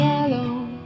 alone